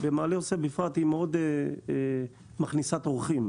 במעלה יוסף בפרט, היא מאוד מכניסת אורחים.